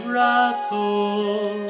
rattle